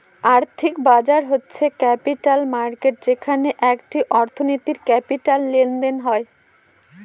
আর্থিক বাজার হচ্ছে ক্যাপিটাল মার্কেট যেখানে একটি অর্থনীতির ক্যাপিটাল লেনদেন হয়